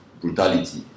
brutality